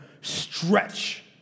Stretch